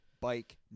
Bike